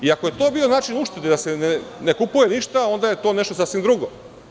Ako je to bio način uštede, da se ne kupuje ništa, onda je to nešto sasvim drugo.